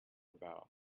about